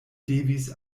devis